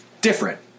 different